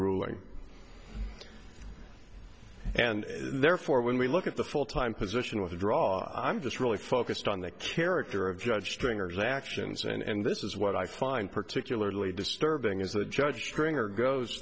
ruling and therefore when we look at the full time position with the draw i'm just really focused on the character of judge stringer's actions and this is what i find particularly disturbing as a judge stringer goes